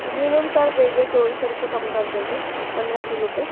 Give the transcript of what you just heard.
जी ma'am कर देंगे दो सौ रुपये कम कर देंगे पंद्रह किलो पर